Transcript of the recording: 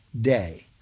day